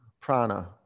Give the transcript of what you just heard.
Prana